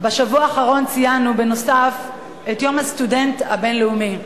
האחרון ציינו בנוסף את יום הסטודנט הבין-לאומי,